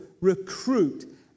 recruit